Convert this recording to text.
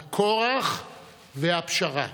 הכורח והפשרה.